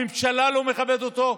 הממשלה לא מכבדת אותו?